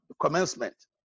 commencement